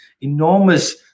enormous